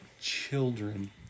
Children